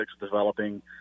developing